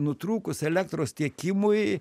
nutrūkus elektros tiekimui